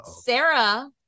Sarah